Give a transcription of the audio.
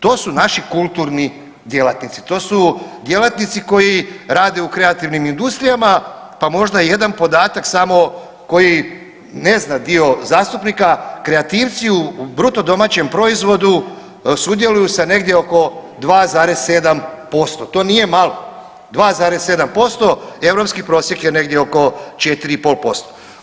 To su naši kulturni djelatnici, to su djelatnici koji rade u kreativnim industrijama, pa možda jedan podatak samo koji ne zna dio zastupnika, kreativci u BDP-u sudjeluju sa negdje oko 2,7%, to nije malo, 2,7%, europski prosjek je negdje oko 4,5%